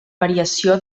variació